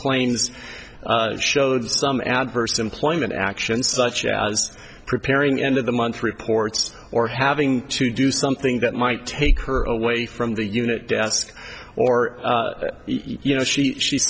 claims showed some adverse employment action such as preparing end of the month reports or having to do something that might take her away from the unit desk or you know she she